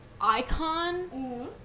icon